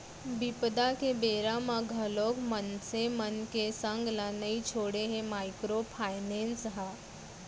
बिपदा के बेरा म घलोक मनखे मन के संग ल नइ छोड़े हे माइक्रो फायनेंस ह